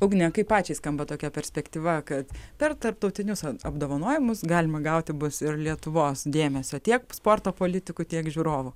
ugne kaip pačiai skamba tokia perspektyva kad per tarptautinius apdovanojimus galima gauti bus ir lietuvos dėmesio tiek sporto politikų tiek žiūrovų